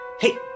Hey